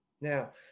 Now